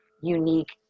unique